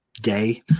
day